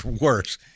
Worse